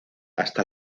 hasta